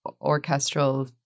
orchestral